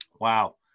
Wow